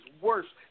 worst